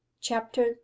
Chapter